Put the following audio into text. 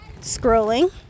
scrolling